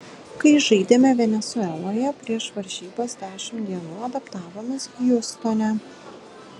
kai žaidėme venesueloje prieš varžybas dešimt dienų adaptavomės hjustone